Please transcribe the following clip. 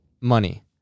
money